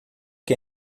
que